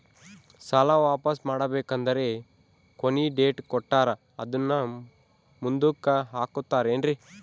ಸಾಲ ವಾಪಾಸ್ಸು ಮಾಡಬೇಕಂದರೆ ಕೊನಿ ಡೇಟ್ ಕೊಟ್ಟಾರ ಅದನ್ನು ಮುಂದುಕ್ಕ ಹಾಕುತ್ತಾರೇನ್ರಿ?